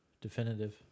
Definitive